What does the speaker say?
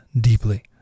deeply